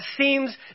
seems